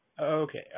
Okay